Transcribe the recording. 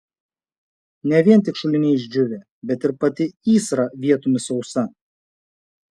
ne vien tik šuliniai išdžiūvę bet ir pati įsra vietomis sausa